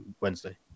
Wednesday